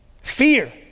fear